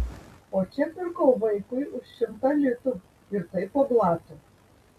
o čia pirkau vaikui už šimtą litų ir tai po blatu